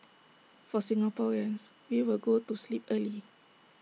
for Singaporeans we will go to sleep early